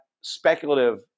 speculative